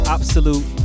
Absolute